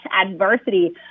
adversity